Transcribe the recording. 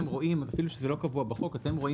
אפילו שזה לא קבוע בחוק אתם רואים